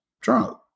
drunk